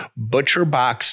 ButcherBox